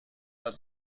out